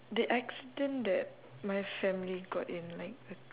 the accident that my family got in like